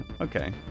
Okay